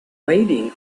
waiting